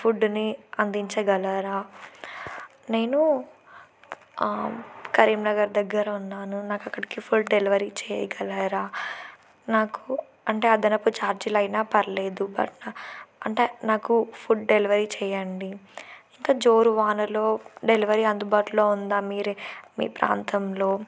ఫుడ్ని అందించగలరా నేను కరీంనగర్ దగ్గర ఉన్నాను నాకు ఇక్కడికి ఫుడ్ డెలివరీ చేయగలరా నాకు అంటే అదనపు ఛార్జీలు అయినా పర్లేదు బట్ అంటే నాకు ఫుడ్ డెలివరీ చేయండి ఇంకా జోరు వానలో డెలివరీ అందుబాటులో ఉందా మీరే మీ ప్రాంతంలో